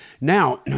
Now